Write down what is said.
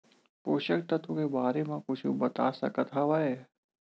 पोषक तत्व के बारे मा कुछु बता सकत हवय?